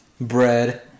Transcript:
bread